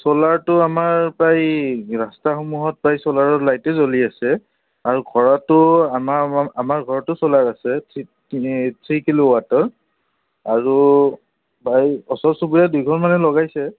ছোলাৰটো আমাৰ প্ৰায় ৰাস্তাসমূহত প্ৰায় ছোলাৰৰ লাইটেই জ্বলি আছে আৰু ঘৰতো আমাৰ আমাৰ ঘৰতো ছোলাৰ আছে থ্ৰ্ৰী কিলো ৱাটৰ আৰু ওচৰ চুবুৰীয়া দুইঘৰ মানে লগাইছে